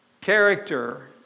Character